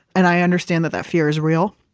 and i understand that that fear is real.